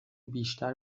بیشتر